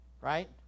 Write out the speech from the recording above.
Right